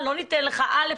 לא ניתן לך א',